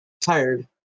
tired